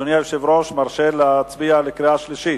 אדוני היושב-ראש, מרשה להצביע בקריאה שלישית?